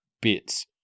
bits